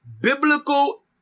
biblical